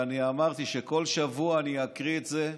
ואמרתי שכל שבוע אני אקריא את זה,